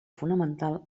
fonamental